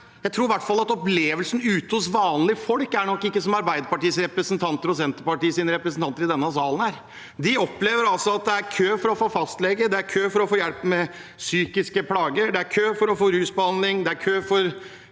Jeg tror i hvert fall at opplevelsen ute hos vanlige folk ikke er som opplevelsene til representantene fra Arbeiderpartiet og Senterpartiet i denne salen. De opplever at det er kø for å få fastlege, det er kø for å få hjelp med psykiske plager, det er kø for å få rusbehandling, og det er kø for